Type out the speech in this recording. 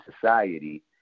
society